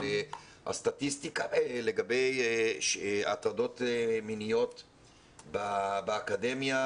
אבל הסטטיסטיקה לגבי הטרדות מיניות באקדמיה,